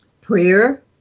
Prayer